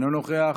אינו נוכח.